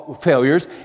failures